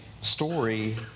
story